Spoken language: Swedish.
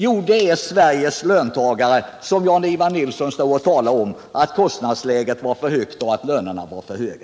Jo, det är Sveriges löntagare, vilkas löner enligt Jan-Ivan Nilsson är för höga.